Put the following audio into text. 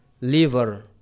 liver